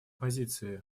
позиции